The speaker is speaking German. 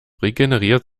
regeneriert